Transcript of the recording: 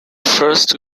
first